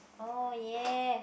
oh yes